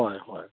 ꯍꯣꯏ ꯍꯣꯏ